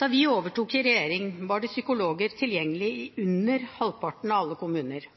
Da vi overtok i regjering, var det psykologer tilgjengelig i under halvparten av alle kommuner.